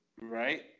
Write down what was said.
right